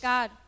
God